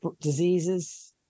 diseases